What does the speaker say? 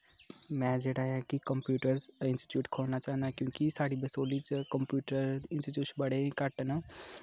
में जेह्ड़ा ऐ कि कंप्यूटर इंस्टीट्यूट खोलना चाह्न्नां क्योंकि साढ़ी बसोह्ली च कंप्यूटर इंस्टीट्यूट बड़े ई घट्ट न